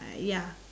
ya